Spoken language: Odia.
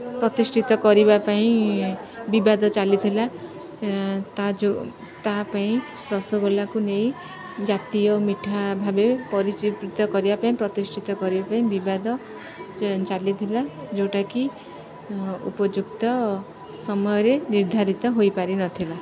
ପ୍ରତିଷ୍ଠିତ କରିବା ପାଇଁ ବିବାଦ ଚାଲିଥିଲା ତା ଯେଉଁ ତା ପାଇଁ ରସଗୋଲାକୁ ନେଇ ଜାତୀୟ ମିଠା ଭାବେ ପରିଚିତ କରିବା ପାଇଁ ପ୍ରତିଷ୍ଠିତ କରିବା ପାଇଁ ବିବାଦ ଚାଲିଥିଲା ଯେଉଁଟାକି ଉପଯୁକ୍ତ ସମୟରେ ନିର୍ଦ୍ଧାରିତ ହୋଇପାରିନଥିଲା